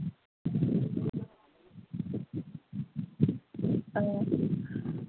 ꯑꯥ